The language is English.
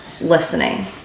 listening